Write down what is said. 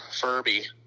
Furby